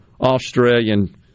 Australian